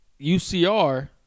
UCR